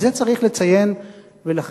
לכן, את זה צריך לציין ולחגוג.